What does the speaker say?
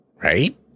Right